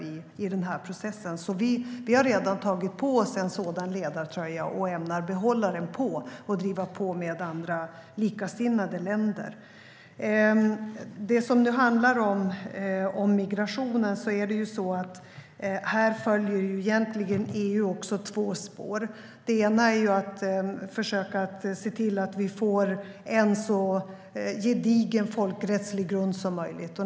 Vi har alltså redan tagit på oss en sådan ledartröja, och vi ämnar behålla den på och driva på med andra, likasinnade länder. När det handlar om migrationen följer EU också två spår. Det ena är att försöka se till att vi får en så gedigen folkrättslig grund som möjligt.